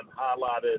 highlighted